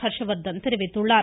ஹர்ஷவர்த்தன் தெரிவித்துள்ளார்